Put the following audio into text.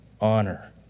honor